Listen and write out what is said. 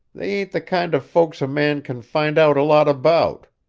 they ain't the kind of folks a man can find out a lot about.